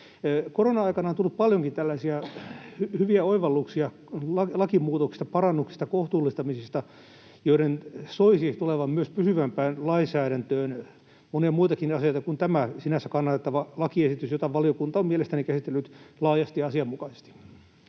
Korona-aikana on tullut paljonkin tällaisia hyviä oivalluksia lakimuutoksista, parannuksista, kohtuullistamisista, joiden soisi tulevan myös pysyvämpään lainsäädäntöön — monia muitakin asioita kuin tämä sinänsä kannatettava lakiesitys, jota valiokunta on mielestäni käsitellyt laajasti ja asianmukaisesti.